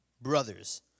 brothers